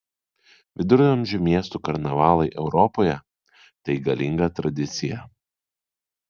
viduramžių miestų karnavalai europoje tai galinga tradicija